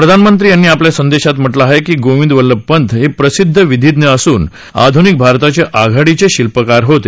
प्रधानमंत्री यांनी आपल्या संदेशात म्ह लं आहे कीगोविंद वल्लभ पंत हे प्रसिद्ध विधीज्ञ असून आध्निक भारताचे आघाडीचे शिल्पकार होते